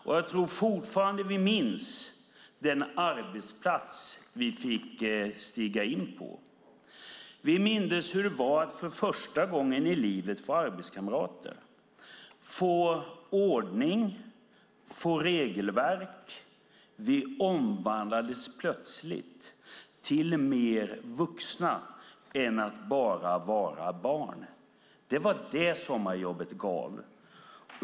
Jag tror att vi fortfarande minns den arbetsplats vi fick stiga in på. Vi mindes hur det var att för första gången i livet få arbetskamrater, få ordning, få regelverk. Vi omvandlades plötsligt till mer vuxna från att bara vara barn. Det var det sommarjobbet gav.